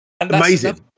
Amazing